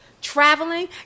traveling